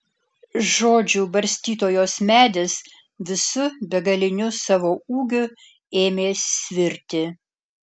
žodžių barstytojos medis visu begaliniu savo ūgiu ėmė svirti